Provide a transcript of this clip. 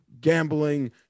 gambling